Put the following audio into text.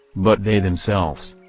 but they themselves,